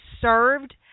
served